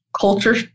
culture